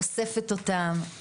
אוספת אותם,